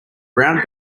brown